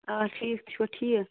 آ ٹھیٖک تُہۍ چھِوٕ ٹھیٖک